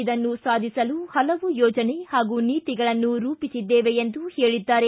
ಇದನ್ನು ಸಾಧಿಸಲು ಪಲವು ಯೋಜನೆ ಹಾಗೂ ನೀತಿಗಳನ್ನು ರೂಪಿಸಿದ್ದೆವೆ ಎಂದು ಹೇಳಿದ್ದಾರೆ